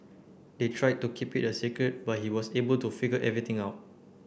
they tried to keep it a secret but he was able to figure everything out